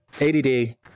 ADD